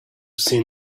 seen